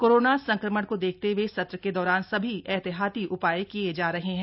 corona के संक्रमण को देखते हए सत्र के दौरान सभी एहतियाती उपाय किये जा रहे हैं